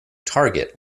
target